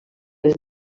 les